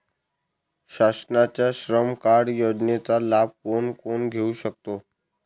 शासनाच्या श्रम कार्ड योजनेचा लाभ कोण कोण घेऊ शकतो?